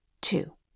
Two